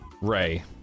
Ray